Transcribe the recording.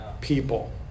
people